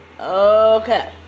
Okay